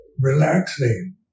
relaxing